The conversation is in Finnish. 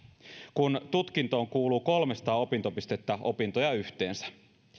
kun tutkintoon kuuluu kolmesataa opintopistettä opintoja yhteensä